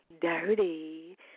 dirty